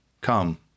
Come